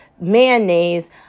mayonnaise